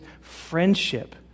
friendship